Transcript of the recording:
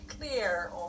clear